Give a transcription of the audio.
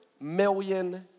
million